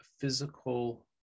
physical